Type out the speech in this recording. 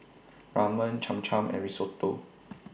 Ramen Cham Cham and Risotto